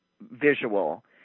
visual